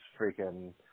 freaking